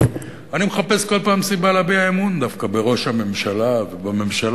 אני מחפש כל פעם סיבה להביע אמון דווקא בראש הממשלה ובממשלה,